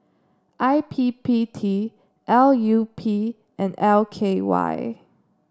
I P P T L U P and L K Y